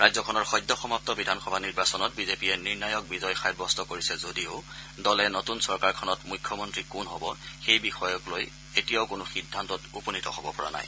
ৰাজ্যখনৰ সদ্য সমাপু বিধানসভা নিৰ্বাচনত বিজেপিয়ে নিৰ্ণায়ক বিজয় সাব্যস্ত কৰিছে যদিও দলে নতুন চৰকাৰখনত মুখ্যমন্ত্ৰী কোন হ'ব সেই বিষয় লৈ এতিয়াও কোনো সিদ্ধান্তত উপনীত হ'ব পৰা নাই